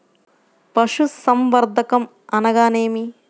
పశుసంవర్ధకం అనగానేమి?